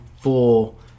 full